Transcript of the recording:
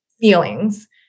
feelings